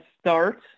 start